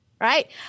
right